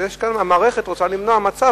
אז המערכת רוצה למנוע מצב,